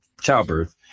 childbirth